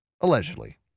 Allegedly